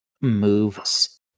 moves